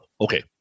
Okay